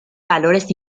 valores